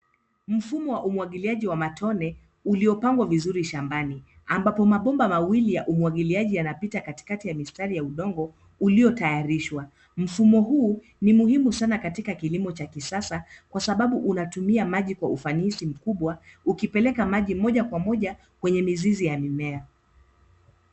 Mfumo wa umwagiliaji wa matone uliopangwa vizuri shambani ambapo mabomba mawili ya umwagiliaji yanapita katikati ya mstari wa udongo uliotayarishwa. Mfumo huu ni muhimu sana katika kilimo cha kisasa kwasababu unatumia maji kwa ufanisi mkubwa, ukipeleka maji moja kwa moja kwenye mizizi ya mimea.